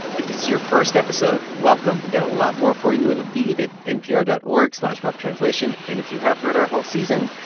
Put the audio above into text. if this is your first episode, welcome. we've got a lot more for you in the feed at npr dot org slash roughtranslation. and if you have heard our whole season,